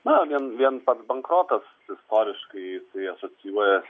na vien vien pats bankrotas istoriškai jisai asocijuojasi